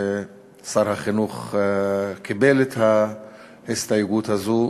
ששר החינוך קיבל את ההסתייגות הזו.